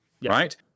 right